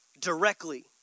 Directly